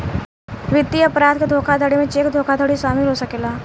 वित्तीय अपराध के धोखाधड़ी में चेक धोखाधड़ शामिल हो सकेला